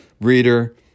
Reader